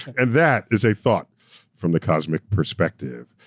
and that is a thought from the cosmic perspective.